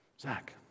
Zach